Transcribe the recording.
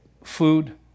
Food